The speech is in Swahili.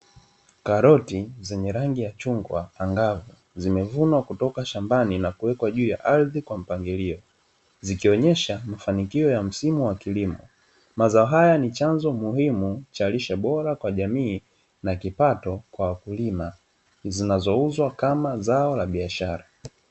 Karoti zenye rangi ya chungwa angavu, zimevunwa kutoka shambani na kuwekwa juu ya ardhi kwa mpangilio, zikionyesha mafanikio ya msimu wa kilimo, mazao haya ni chanzo muhimu cha lishe bora kwa jamii na kipato kwa wakulima, zinazouzwa kama zao la biashara.